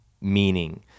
meaning